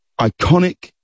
iconic